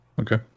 Okay